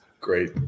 Great